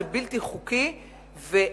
זה בלתי חוקי ואין